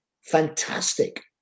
fantastic